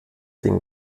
den